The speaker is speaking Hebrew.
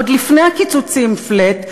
עוד לפני הקיצוצים flat,